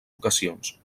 ocasions